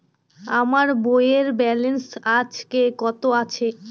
আমার বইয়ের ব্যালেন্স আজকে কত আছে?